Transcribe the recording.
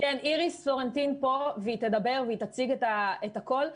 איריס פלורנטין כאן והיא תציג את הכול.